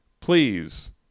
please